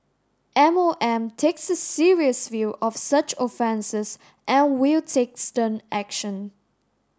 M O M takes a serious view of such offences and will take stern action